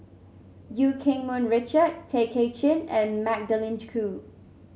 Eu Keng Mun Richard Tay Kay Chin and Magdalene Khoo